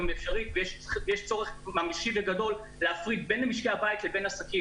ויש צורך ממשי וגדול להפריד בין משקי הבית לבין עסקים.